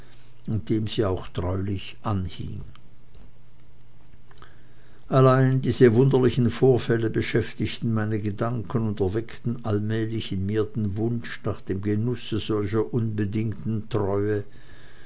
diente dem sie auch getreulich anhing allein diese wunderlichen vorfälle beschäftigten meine gedanken und erweckten allmählich in mir den wunsch nach dem genusse solcher unbedingten treue